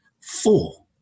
Four